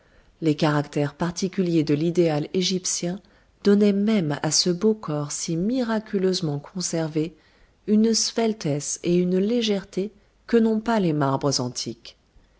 les caractères particuliers de l'idéal égyptien donnaient même à ce beau corps si miraculeusement conservé une sveltesse et une légèreté que n'ont pas les marbres antiques